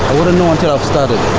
wouldn't know until i've started.